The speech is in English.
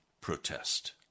protest